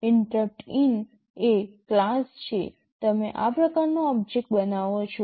InterruptIn એ class છે તમે આ પ્રકારનો ઓબ્જેક્ટ બનાવો છો